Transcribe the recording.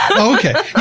ah okay.